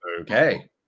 Okay